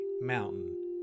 mountain